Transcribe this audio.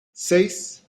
seis